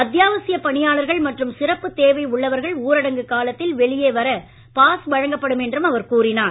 அத்தியாவசியப் பணியாளர்கள் மற்றும் சிறப்பு தேவை உள்ளவர்கள் ஊரடங்க காலத்தில் வெளியே வர பாஸ் வழங்கப்படும் என்றும் அவர் கூறினார்